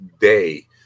day